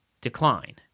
decline